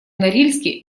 норильске